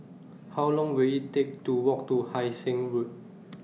How Long Will IT Take to Walk to Hai Sing Road